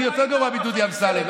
אני יותר גרוע מדודי אמסלם.